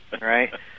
right